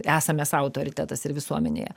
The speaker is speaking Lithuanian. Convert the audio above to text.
esame sau autoritetas ir visuomenėje